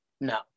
No